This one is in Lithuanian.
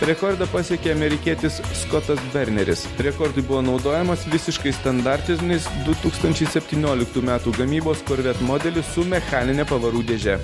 rekordą pasiekė amerikietis skotas verneris rekordui buvo naudojamas visiškai standartinis du tūkstančiai septynioliktų metų gamybos corvette modelis su mechanine pavarų dėže